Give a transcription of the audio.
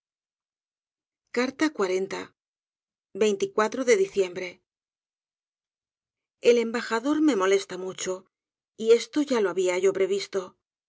de diciembre el embajador me molesta mucho y esto ya lo había yo previsto